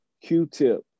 Q-Tip